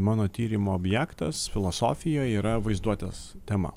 mano tyrimo objektas filosofijoj yra vaizduotės tema